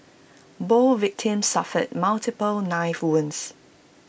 both victims suffered multiple knife wounds